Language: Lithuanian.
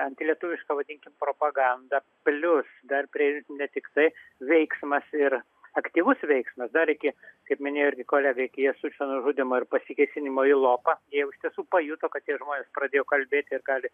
antilietuviška vadinkim propaganda plius dar prie ne tiktai veiksmas ir aktyvus veiksmas dar iki kaip minėjo irgi kolega iki jasučio nužudymo ir pasikėsinimo į lopą jau iš tiesų pajuto kad tie žmonės pradėjo kalbėti ir gali